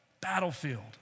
battlefield